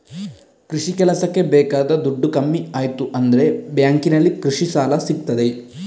ಕೃಷಿ ಕೆಲಸಕ್ಕೆ ಬೇಕಾದ ದುಡ್ಡು ಕಮ್ಮಿ ಆಯ್ತು ಅಂದ್ರೆ ಬ್ಯಾಂಕಿನಲ್ಲಿ ಕೃಷಿ ಸಾಲ ಸಿಗ್ತದೆ